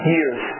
Years